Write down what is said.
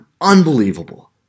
Unbelievable